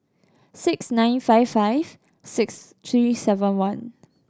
six nine five five six three seven one